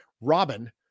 Robin